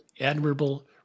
admirable